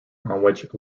which